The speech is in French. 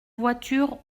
voiture